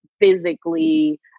physically